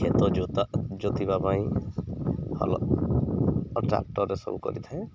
କ୍ଷେତ ଜୋତା ଜୋତିବା ପାଇଁ ହଳ ଟ୍ରାକ୍ଟରରେ ସବୁ କରିଥାଏ